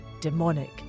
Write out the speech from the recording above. demonic